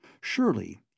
Surely